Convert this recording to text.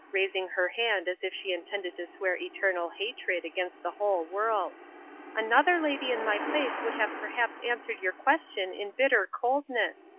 raising her hand as if she intended to swear eternal hatred against the whole world another lady in my place would have perhaps answered your question in bitter coldness.